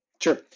Sure